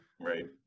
right